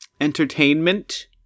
entertainment